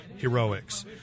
Heroics